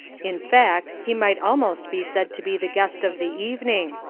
in fact, he might almost be said to be the guest of the evening,